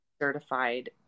certified